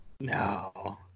No